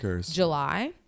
July